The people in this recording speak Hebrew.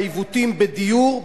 והעיוותים בדיור,